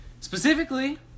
Specifically